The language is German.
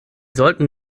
sollten